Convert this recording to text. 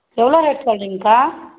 எவ்வளோ ரேட் சொல்றிங்கக்கா